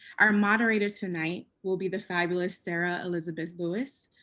our moderator tonight will be the fabulous sarah elizabeth lewis,